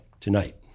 tonight